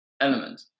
element